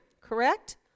correct